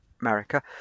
america